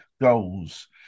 goals